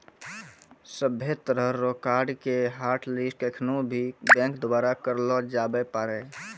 सभ्भे तरह रो कार्ड के हाटलिस्ट केखनू भी बैंक द्वारा करलो जाबै पारै